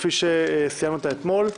כפי שסיימנו אותה אתמול.